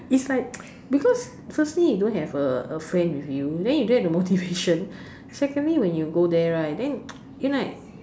it's like because firstly you don't have a a friend with you then you don't have the motivation secondly when you go there right then you know like